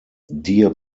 deer